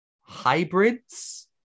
hybrids